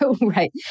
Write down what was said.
Right